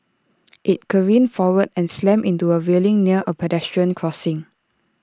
IT careened forward and slammed into A railing near A pedestrian crossing